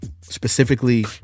specifically